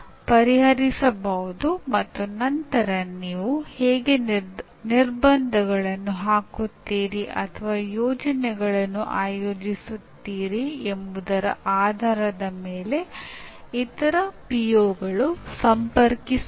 ಆದ್ದರಿಂದ ಸಾರಾಂಶದಲ್ಲಿ ನೀವು ಹೇಳಬಹುದು ಅಂದಾಜುವಿಕೆ ನಿಜವಾಗಿಯೂ ವಿದ್ಯಾರ್ಥಿಗಳ ಕಲಿಕೆಯನ್ನು ಪ್ರೇರೇಪಿಸುತ್ತದೆ